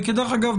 דרך אגב,